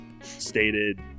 stated